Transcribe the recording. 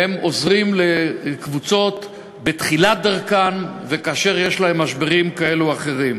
והם עוזרים לקבוצות בתחילת דרכן וכאשר יש להן משברים כאלו או אחרים.